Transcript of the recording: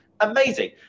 amazing